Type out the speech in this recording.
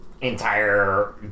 entire